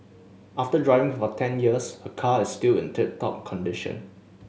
after driving for ten years her car is still in tip top condition